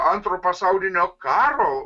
antro pasaulinio karo